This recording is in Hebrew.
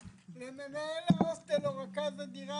מנהל ההוסטל או רכז הדירה,